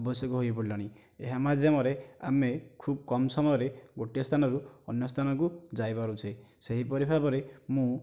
ଆବଶ୍ୟକ ହୋଇ ପଡ଼ିଲାଣି ଏହା ମାଧ୍ୟମରେ ଆମେ ଖୁବ କମ ସମୟରେ ଗୋଟିଏ ସ୍ଥାନରୁ ଅନ୍ୟ ସ୍ଥାନକୁ ଯାଇପାରୁଛେ ସେହିପରି ଭାବରେ ମୁଁ